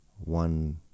One